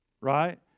right